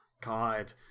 God